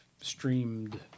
streamed